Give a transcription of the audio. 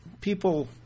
people